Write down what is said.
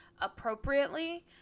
appropriately